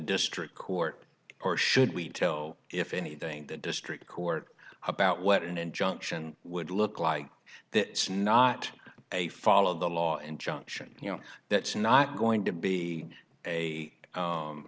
district court or should we tell if anything the district court about what an injunction would look like that snot a fall of the law and junction you know that's not going to be a